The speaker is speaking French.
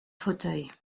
fauteuil